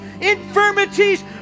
infirmities